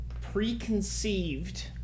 preconceived